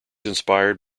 inspired